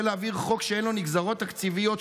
להעביר חוק שאין לו נגזרות תקציביות,